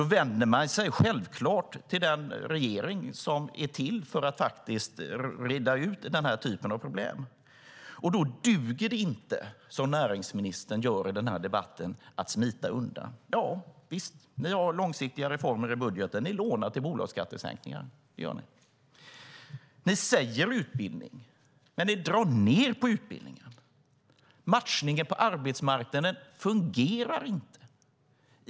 Då vänder man sig självklart till den regering som är till för att reda ut denna typ av problem. Det duger inte att, som näringsministern gör i denna debatt, smita undan. Ja visst, ni har långsiktiga reformer i budgeten - ni lånar till bolagsskattesänkningar. Det gör ni. Ni säger "utbildning", men ni drar ned på utbildning. Matchningen på arbetsmarknaden fungerar inte.